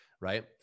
right